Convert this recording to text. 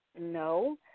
no